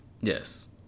Yes